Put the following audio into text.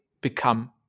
become